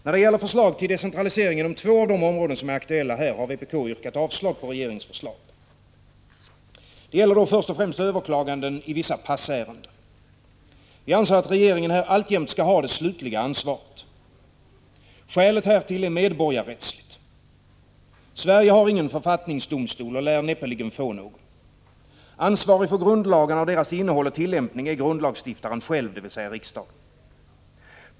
När det gäller förslag till decentralisering inom två av de områden som är aktuella här, har vpk yrkat avslag på regeringens förslag. Det gäller först och främst överklaganden i passärenden. Vi anser att regeringen här alltjämt skall ha kvar det slutliga ansvaret. Skälet härtill är medborgarrättsligt. Sverige har ingen författningsdomstol och lär näppeligen få någon. Ansvarig för grundlagarna och deras innehåll och tillämpning är grundlagsstiftaren själv, dvs. riksdagen.